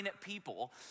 people